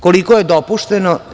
Koliko je dopušteno?